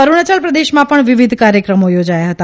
અરુણાયલ પ્રદેશમાં ૈ ણ વિવિધ કાર્યક્રમો યોજાયા હતા